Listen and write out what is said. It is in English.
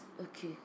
Okay